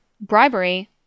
bribery